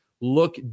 look